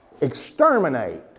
Exterminate